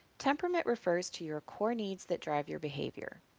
temperament refers to your core needs that drive your behavior.